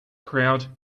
crowd